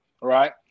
right